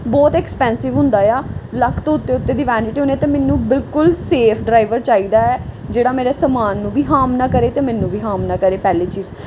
ਬਹੁਤ ਐਕਸਪੈਂਸਿਵ ਹੁੰਦਾ ਆ ਲੱਖ ਤੋਂ ਉੱਤੇ ਉੱਤੇ ਦੀ ਵੈਨਿਟੀ ਹੋਣੀ ਅਤੇ ਮੈਨੂੰ ਬਿਲਕੁਲ ਸੇਫ ਡਰਾਈਵਰ ਚਾਹੀਦਾ ਹੈ ਜਿਹੜਾ ਮੇਰੇ ਸਮਾਨ ਨੂੰ ਵੀ ਹਾਮ ਨਾ ਕਰੇ ਅਤੇ ਮੈਨੂੰ ਵੀ ਹਾਮ ਨਾ ਕਰੇ ਪਹਿਲੀ ਚੀਜ਼